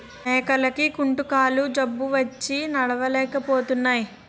మేకలకి కుంటుకాలు జబ్బొచ్చి నడలేపోతున్నాయి